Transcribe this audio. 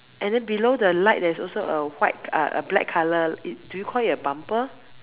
and then below the light there's also a white uh uh black color d~ do you call it a bumper